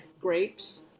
grapes